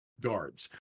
guards